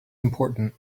important